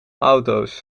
auto’s